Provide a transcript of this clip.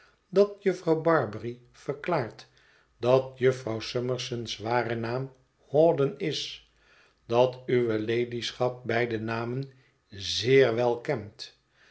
dat jufvrouw barbary verklaart dat jufvrouw summerson's ware naam hawdon is dat uwe ladyschap beide namen zeer wel kent